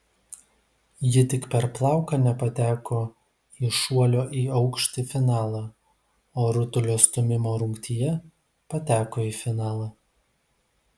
ji tik per plauką nepateko į šuolio į aukštį finalą o rutulio stūmimo rungtyje pateko į finalą